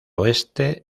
oeste